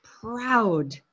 proud